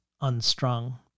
unstrung